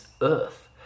earth